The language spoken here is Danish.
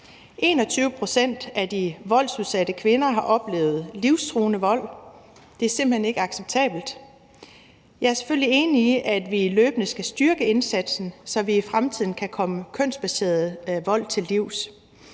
21 pct. af de voldsudsatte kvinder har oplevet livstruende vold. Det er simpelt hen ikke acceptabelt. Jeg er selvfølgelig enig i, at vi løbende skal styrke indsatsen, så vi i fremtiden kan komme kønsbaseret vold til livs.